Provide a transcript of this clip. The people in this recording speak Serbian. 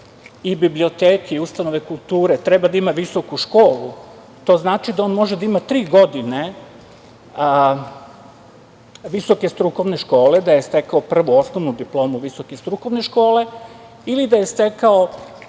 i biblioteke i ustanove kulture treba da ima visoku školu, to znači da on može da ima tri godine visoke strukovne škole, da je stekao prvu osnovnu diplomu visoke strukovne škole ili da je stekao